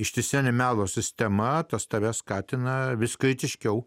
ištisine melo sistema tas tave skatina vis kritiškiau